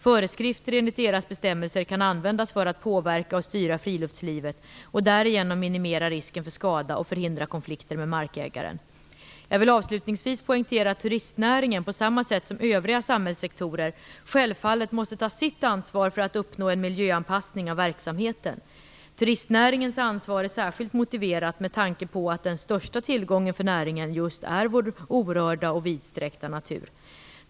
Föreskrifter enligt dessa bestämmelser kan användas för att påverka och styra friluftslivet och därigenom minimera risken för skada och förhindra konflikter med markägaren. Jag vill avslutningsvis poängtera att turistnäringen på samma sätt som övriga samhällssektorer självfallet måste ta sitt ansvar för att uppnå en miljöanpassning av verksamheten. Turistnäringens ansvar är särskilt motiverat med tanke på att den största tillgången för näringen är just vår orörda och vidsträckta natur.